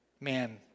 Man